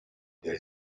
there